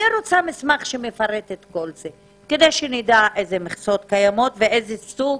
אני רוצה מסמך שמפרט את כל זה כדי שנדע איזה מכסות קיימות ואיזה סוג